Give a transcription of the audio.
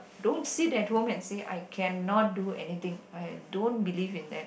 don't sit at home and say I cannot do anything I don't believe in that